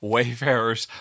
Wayfarers